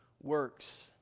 works